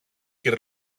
κυρ